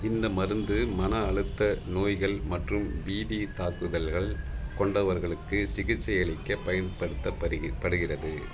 இந்த மருந்து மன அழுத்த நோய்கள் மற்றும் பீதி தாக்குதல்கள் கொண்டவர்களுக்கு சிகிச்சையளிக்கப் பயன்படுத்தப்படுகி படுகிறது